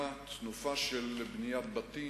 אבל אני חוזר לאילת.